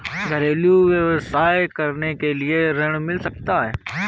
घरेलू व्यवसाय करने के लिए ऋण मिल सकता है?